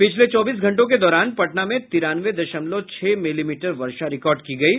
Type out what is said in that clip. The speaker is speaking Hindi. पिछले चौबीस घंटों के दौरान पटना में तिरानवे दशमलव छह मिली मीटर वर्षा रिकार्ड की गयी